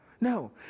No